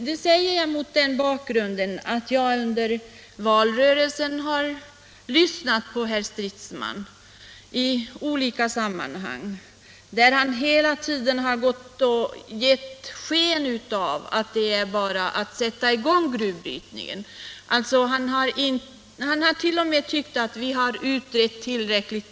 Det säger jag mot den bakgrunden att jag under valrörelsen lyssnade på herr Stridsman i olika sammanhang, där han hela tiden gav sken av att det bara var att sätta i gång gruvbrytningen. Han har t.o.m. sagt att vi har utrett tillräckligt.